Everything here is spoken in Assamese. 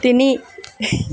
তিনি